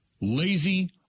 lazy